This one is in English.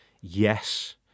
yes